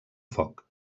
foc